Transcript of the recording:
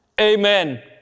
Amen